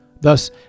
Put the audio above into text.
Thus